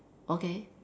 okay